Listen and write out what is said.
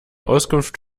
auskunft